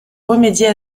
remédier